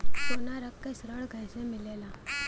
सोना रख के ऋण कैसे मिलेला?